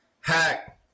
Hack